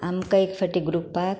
आमकां एक पावटी ग्रुपाक